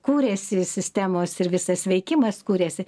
kūrėsi sistemos ir visas veikimas kūrėsi